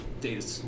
data